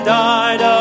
died